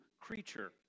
creature